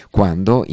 Quando